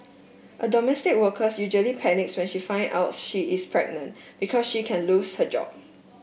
a domestic workers usually panics when she find out she is pregnant because she can lose her job